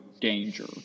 danger